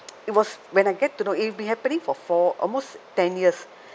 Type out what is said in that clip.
it was when I get to know it'd be happening for four almost ten years